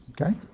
Okay